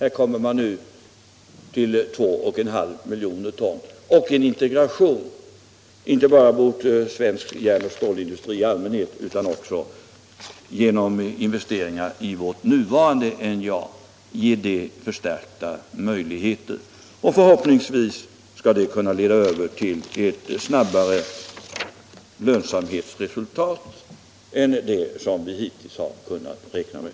Nu kommer man upp till 21/2 miljoner ton och en integration av svensk järn-och stålindustri i allmänhet, och man ger också vårt nuvarande NJA genom investeringar förstärkta möjligheter. Förhoppningsvis skall det kunna leda till snabbare lönsamhetsresultat än det vi hittills kunnat räkna med.